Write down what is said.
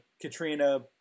Katrina